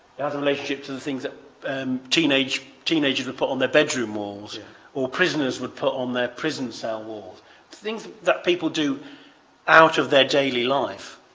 other relationships are the things that um teenagers teenagers will put on their bedroom walls or prisoners would put on their prison cell wall things that people do out of their daily life